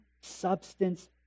substance